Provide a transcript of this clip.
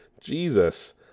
Jesus